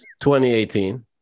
2018